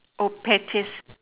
oh pettiest